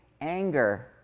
anger